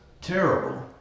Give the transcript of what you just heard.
terrible